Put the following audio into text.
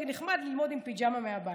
נחמד ללמוד עם פיג'מה מהבית.